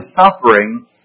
suffering